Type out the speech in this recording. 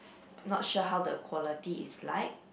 not sure how the quality is like